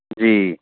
ਜੀ